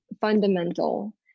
fundamental